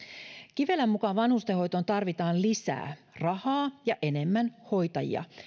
kivelän mukaan vanhustenhoitoon tarvitaan lisää rahaa ja enemmän hoitajia